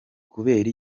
kubera